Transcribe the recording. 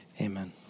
amen